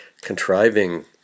contriving